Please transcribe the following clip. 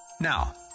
Now